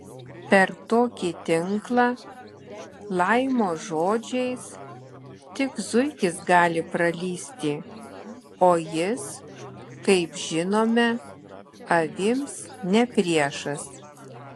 per tokį tinklą laimo žodžiais tik zuikis gali pralįsti o jis kaip žinome avims ne priešas